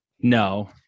no